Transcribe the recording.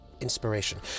inspiration